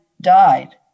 died